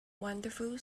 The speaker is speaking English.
wonderful